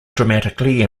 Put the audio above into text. dramatically